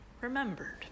remembered